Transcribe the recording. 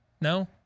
No